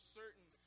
certain